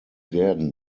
werden